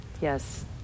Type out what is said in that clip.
Yes